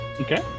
Okay